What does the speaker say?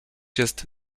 jest